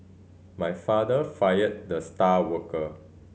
my father fired the star worker